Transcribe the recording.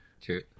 True